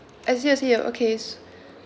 I see I see okay s~